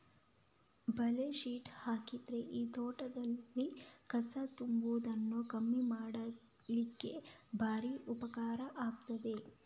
ಬಲೆ ಶೀಟ್ ಹಾಕಿದ್ರೆ ಈ ತೋಟದಲ್ಲಿ ಕಸ ತುಂಬುವುದನ್ನ ಕಮ್ಮಿ ಮಾಡ್ಲಿಕ್ಕೆ ಭಾರಿ ಉಪಕಾರ ಆಗ್ತದೆ